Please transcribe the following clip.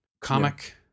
comic